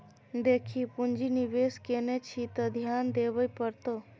देखी पुंजी निवेश केने छी त ध्यान देबेय पड़तौ